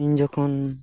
ᱤᱧ ᱡᱚᱠᱷᱚᱱ